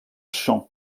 champ